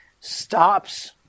stops